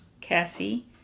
Cassie